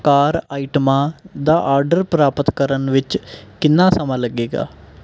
ਕਾਰ ਆਈਟਮਾਂ ਦਾ ਆਡਰ ਪ੍ਰਾਪਤ ਕਰਨ ਵਿੱਚ ਕਿੰਨਾ ਸਮਾਂ ਲੱਗੇਗਾ